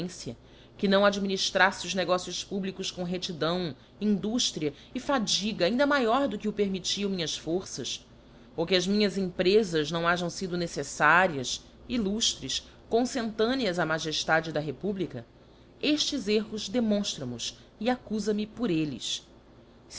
previdência que não adminiftraffe os negócios públicos com reélidão induftria e fadiga ainda maior do que o permittiam minhas forças ou que as minhas emprefas não hajam fido neceffarias illuftres confentaneas á majeftade da republica eftes erros demonftra mos e accufa me por elles